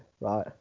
Right